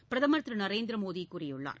பிரதமர் திரு நரேந்திர மோடி கூறியுள்ளார்